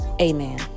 amen